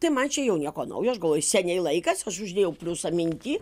tai man čia jau nieko naujo aš galvoju seniai laikas aš uždėjau pliusą minty